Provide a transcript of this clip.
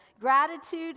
Gratitude